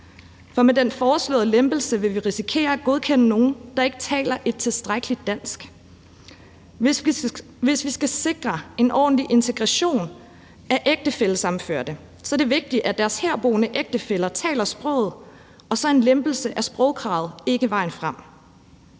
For med den foreslåede lempelse vil vi risikere at godkende nogen, der ikke taler et tilstrækkeligt dansk. Hvis vi skal sikre en ordentlig integration af ægtefællesammenførte, er det vigtigt, at deres herboende ægtefæller taler sproget, og så er en lempelse af sprogkravet ikke vejen frem.